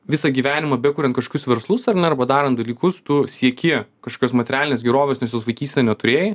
visą gyvenimą bekuriant kažkokius verslus ar ne arba darant dalykus tu sieki kažkios materialinės gerovės nes jos vaikystėje neturėjai